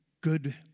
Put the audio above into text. good